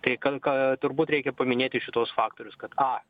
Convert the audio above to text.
tai ka ka turbūt reikia paminėti šituos faktorius kad a